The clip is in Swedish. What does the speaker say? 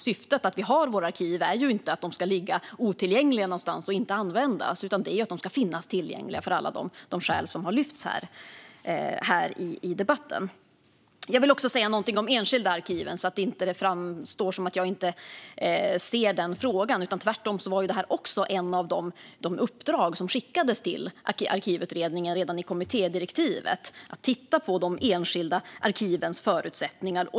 Syftet med att vi har våra arkiv är ju inte att de ska ligga otillgängliga någonstans och inte användas utan att de ska finnas tillgängliga av alla de skäl som har lyfts fram här i debatten. Jag vill också säga någonting om de enskilda arkiven så att det inte framstår som att jag inte ser den frågan. Tvärtom var också ett av de uppdrag som skickades till Arkivutredningen redan i kommittédirektivet att titta på de enskilda arkivens förutsättningar.